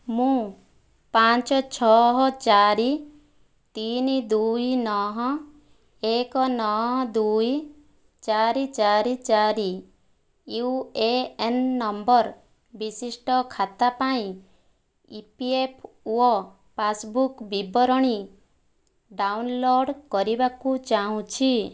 ମୁଁ ପାଞ୍ଚ ଛଅ ଚାରି ତିନି ଦୁଇ ନଅ ଏକ ନଅ ଦୁଇ ଚାରି ଚାରି ଚାରି ୟୁ ଏ ଏନ୍ ନମ୍ବର ବିଶିଷ୍ଟ ଖାତା ପାଇଁ E P F O passbook ବିବରଣୀ ଡାଉନଲୋଡ୍ କରିବାକୁ ଚାହୁଁଛି